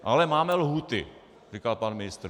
Ale máme lhůty, říkal pan ministr.